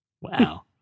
Wow